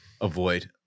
Avoid